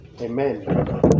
Amen